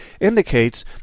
indicates